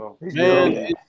Man